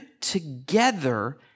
together